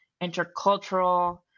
intercultural